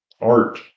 art